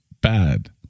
Bad